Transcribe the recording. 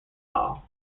law